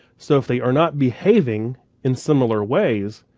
so if they are not behaving in similar ways,